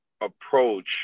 approach